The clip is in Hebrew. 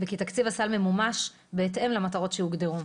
וכי תקציב הסל ממומש בהתאם למטרות שהוגדרו.